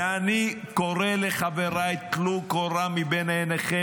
ואני קורא לחבריי, טלו קורה מבין עיניכם.